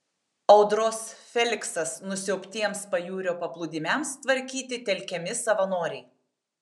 audros feliksas nusiaubtiems pajūrio paplūdimiams tvarkyti telkiami savanoriai